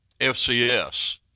FCS